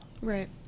right